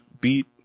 beat